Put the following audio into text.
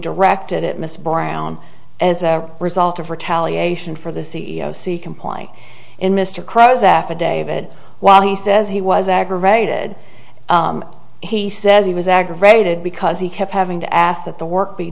directed at miss brown as a result of retaliation for the c e o see comply in mr croes affidavit while he says he was aggravated he says he was aggravated because he kept having to ask that the work be